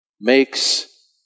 makes